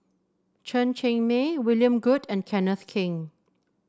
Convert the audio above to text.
Chen Cheng Mei William Goode and Kenneth Keng